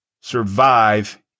survive